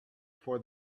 for